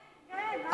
כן, עליך,